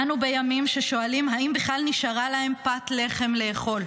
אנו בימים ששואלים האם בכלל נשארה להם פת לחם לאכול,